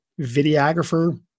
videographer